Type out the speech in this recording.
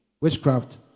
Witchcraft